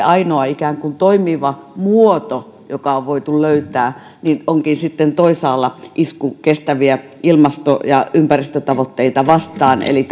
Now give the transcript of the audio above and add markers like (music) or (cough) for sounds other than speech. (unintelligible) ainoa ikään kuin toimiva muoto joka on voitu löytää onkin sitten toisaalla iskunkestäviä ilmasto ja ympäristötavoitteita vastaan eli (unintelligible)